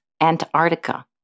Antarctica